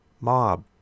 mob